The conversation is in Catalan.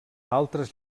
altres